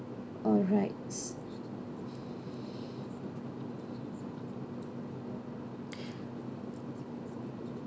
alright